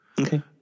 Okay